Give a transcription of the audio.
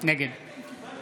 נגד